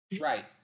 Right